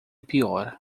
pior